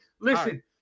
Listen